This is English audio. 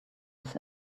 his